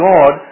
God